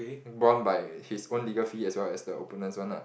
bond by his own legal fee as well as the opponents one lah